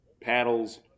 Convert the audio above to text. paddles